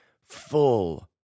full